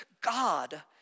God